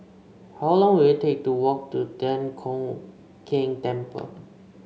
how long will it take to walk to Thian Hock Keng Temple